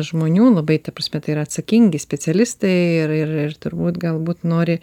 žmonių labai ta prasme tai yra atsakingi specialistai ir ir turbūt galbūt nori